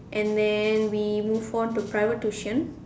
and then we move on to private tuition